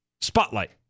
spotlight